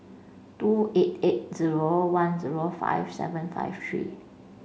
two eight eight zero one zero five seven five three